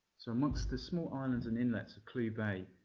so amongst the small islands and inlets of clew bay,